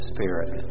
Spirit